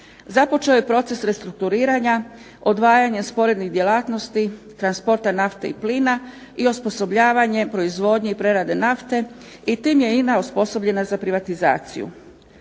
Započeo je proces restrukturiranja, odvajanje sporednih djelatnosti, transporta nafte i plina i osposobljavanje proizvodnje i prerade nafte i tim je INA osposobljena za privatizaciju.